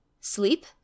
Sleep